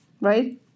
right